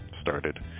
started